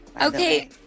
Okay